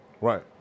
Right